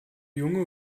junge